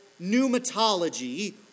pneumatology